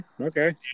Okay